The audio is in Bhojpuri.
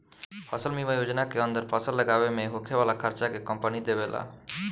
फसल बीमा योजना के अंदर फसल लागावे में होखे वाला खार्चा के कंपनी देबेला